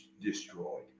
destroyed